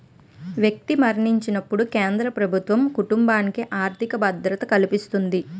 వ్యక్తి మరణించినప్పుడు కేంద్ర ప్రభుత్వం కుటుంబానికి ఆర్థిక భద్రత కల్పిస్తుంది